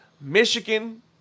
Michigan